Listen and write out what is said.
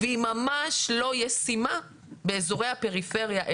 והיא ממש לא ישימה באזורי הפריפריה,